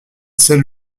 celle